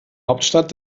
hauptstadt